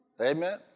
Amen